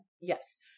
Yes